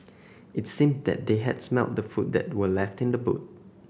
it seemed that they had smelt the food that were left in the boot